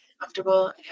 comfortable